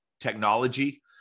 technology